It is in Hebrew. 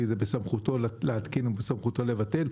כי זה בסמכותו להתקין ובסמכותו לבטל?